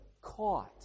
caught